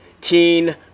teen